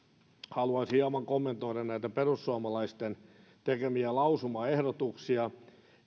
haluaisin hieman kommentoida perussuomalaisten tekemiä lausumaehdotuksia